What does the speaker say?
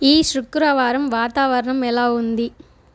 ఈ శుక్రవారం వాతావరణం ఎలా ఉంది